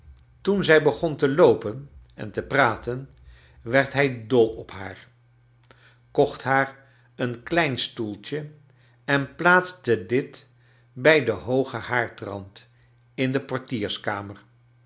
toen zij begon te loopen en te praten werd hij dol op haar kocht haar een klein stoeltje en plaatste dit bij den boogen haardrand in de portierskamer